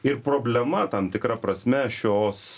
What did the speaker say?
ir problema tam tikra prasme šios